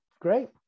Great